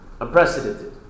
unprecedented